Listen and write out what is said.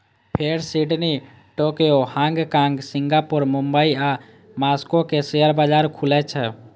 फेर Sydney, Tokyo, Hong Kong, Singapore, Mumbai आ Moscow के शेयर बाजार खुलै छै